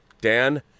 Dan